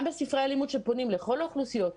גם בספרי הלימוד שפונים לכל האוכלוסיות,